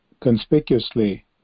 conspicuously